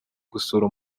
gusura